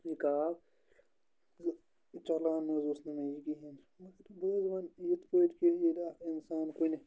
یہِ کاو زِ چَلاونہٕ حظ اوس نہٕ مےٚ یہِ کِہیٖنۍ مگر بہٕ حظ وَنہٕ یِتھ پٲٹھۍ کہِ ییٚلہِ اَکھ اِنسان کُنہِ